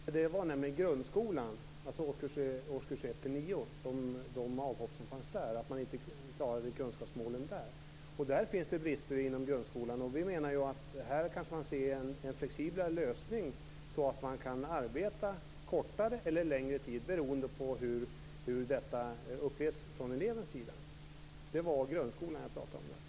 Fru talman! De siffror jag nämnde gällde grundskolan, dvs. årskurs 1-9. Det handlade om avhoppen där och att man inte klarar av kunskapsmålen där. Här finns det brister inom grundskolan. Vi skulle här vilja se en flexiblare lösning så att man kan arbeta kortare eller längre tid beroende på hur detta upplevs från elevens sida. Men det var alltså grundskolan jag pratade om.